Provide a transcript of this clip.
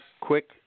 quick